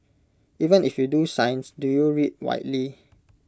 even if you do science do you read widely